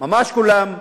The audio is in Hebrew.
ממש כולם,